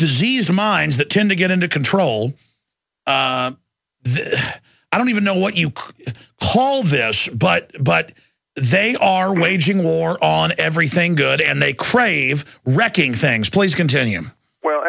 disease mines that tend to get into control i don't even know what you call them but but they are waging war on everything good and they crave wrecking things plays continue well